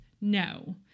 No